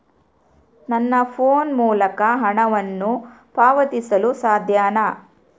ನನ್ನ ಫೋನ್ ಮೂಲಕ ಹಣವನ್ನು ಪಾವತಿಸಲು ಸಾಧ್ಯನಾ?